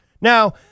Now